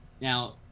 now